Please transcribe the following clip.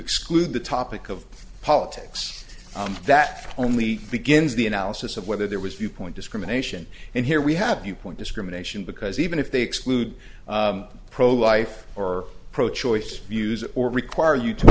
exclude the topic of politics that only begins the analysis of whether there was viewpoint discrimination and here we have you point discrimination because even if they exclude pro life or pro choice views or require you to